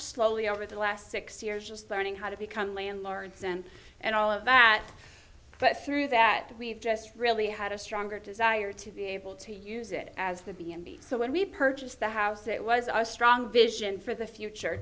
slowly over the last six years just learning how to become landlords and and all of that but through that we've just really had a stronger desire to be able to use it as the b and b so when we purchased the house it was our strong vision for the future